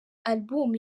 album